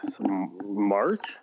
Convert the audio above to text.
March